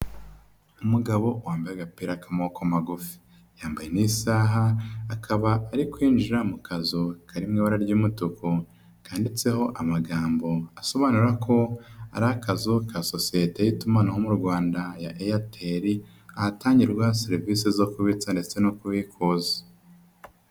Umugabo wambaye agapira k'amaboko magufi. Yambaye n'isaha, akaba ari kwinjira mu kazu kari mu ibara ry'umutuku, kanditseho amagambo asobanura ko ari akazu ka sosiyete y'itumanaho mu Rwanda ya Airtel. Ahatangirwa serivisi zo kubitsa ndetse no kuwifuza.